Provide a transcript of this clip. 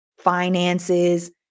finances